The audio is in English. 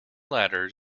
ladders